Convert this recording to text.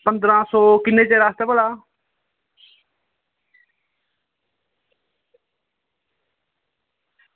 पंदरां सौ किन्ने चिर आस्तै भला